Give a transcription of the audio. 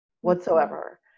whatsoever